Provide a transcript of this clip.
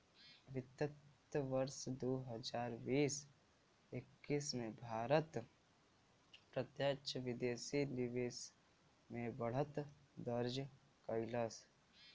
वित्त वर्ष दू हजार बीस एक्कीस में भारत प्रत्यक्ष विदेशी निवेश में बढ़त दर्ज कइलस